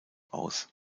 aus